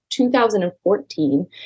2014